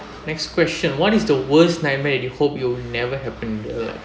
next question what is the worst nightmare you hope it'll never happen in the earth